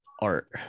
art